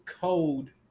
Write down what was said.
code